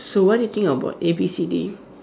so what do you think about A B C D